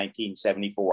1974